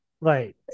Right